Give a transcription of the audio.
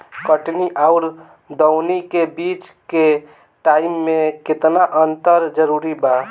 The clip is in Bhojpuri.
कटनी आउर दऊनी के बीच के टाइम मे केतना अंतर जरूरी बा?